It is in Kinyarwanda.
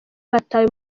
batawe